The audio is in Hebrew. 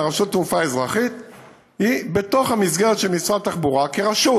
רשות התעופה האזרחית היא בתוך המסגרת של משרד התחבורה כרשות.